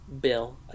Bill